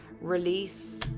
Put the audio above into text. Release